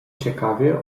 ciekawie